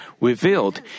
revealed